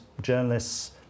journalists